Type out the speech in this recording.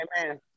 Amen